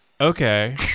okay